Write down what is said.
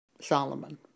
Solomon